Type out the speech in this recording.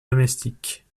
domestique